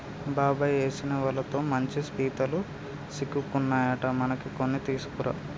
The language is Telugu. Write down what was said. బాబాయ్ ఏసిన వలతో మంచి పీతలు సిక్కుకున్నాయట మనకి కొన్ని తీసుకురా